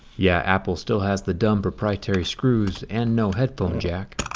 yeah, apple still has the dumb proprietary screws and no headphone jack.